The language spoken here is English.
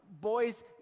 boys